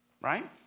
right